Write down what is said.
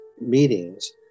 meetings